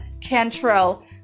Cantrell